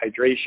hydration